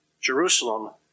Jerusalem